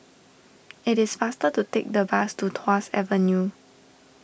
it is faster to take the bus to Tuas Avenue